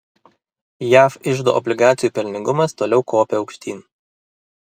jav iždo obligacijų pelningumas toliau kopia aukštyn